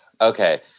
okay